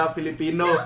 Filipino